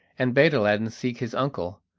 and bade aladdin seek his uncle,